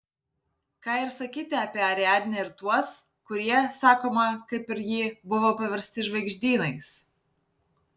ką ir sakyti apie ariadnę ir tuos kurie sakoma kaip ir ji buvo paversti žvaigždynais